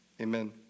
amen